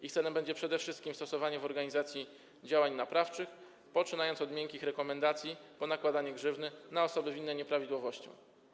Ich celem będzie przede wszystkim stosowanie w organizacji działań naprawczych - od miękkich rekomendacji po nakładanie grzywny na osoby winne nieprawidłowości.